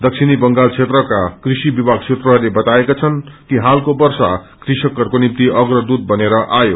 दक्षिबंगाल क्षेत्रका कृषि विभाग सूत्रहरूले बताएका छन् कि हालको वप्र कृष्कहरूको निम्ति अग्रदूत बनेर आयो